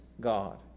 God